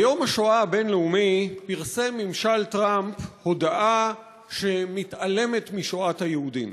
ביום השואה הבין-לאומי פרסם ממשל טראמפ הודעה שמתעלמת משואת היהודים.